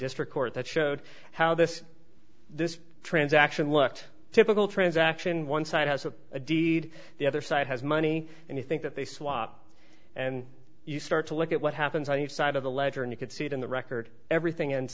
district court that showed how this this transaction what typical transaction one side has of a deed the other side has money and you think that they swap and you start to look at what happens on each side of the ledger and you could see it in the record everything ends